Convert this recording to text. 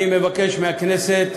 אני מבקש מהכנסת